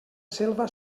selva